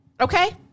Okay